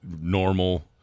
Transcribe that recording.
normal